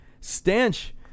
stench